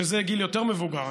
שזה גיל יותר מבוגר,